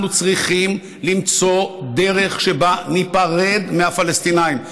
אנחנו צריכים למצוא דרך שבה ניפרד מהפלסטינים.